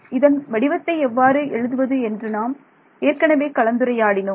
இதன் வடிவத்தை எவ்வாறு எழுதுவது என்று நாம் ஏற்கனவே கலந்துரையாடினோம்